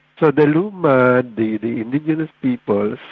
so the lumah, the the indigenous peoples,